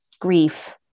grief